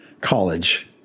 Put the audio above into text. college